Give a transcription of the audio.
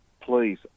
please